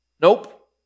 Nope